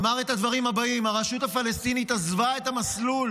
אמר את הדברים הבאים: הרשות הפלסטינית עזבה את המסלול